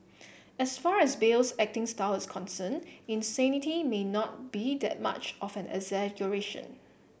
as far as Bale's acting style is concerned insanity may not be that much of an exaggeration